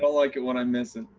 but like it when i miss it.